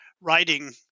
writing